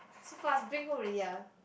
so fast bring home already ah